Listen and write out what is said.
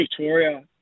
Victoria